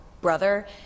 brother